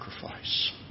sacrifice